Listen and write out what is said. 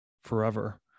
forever